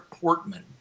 Portman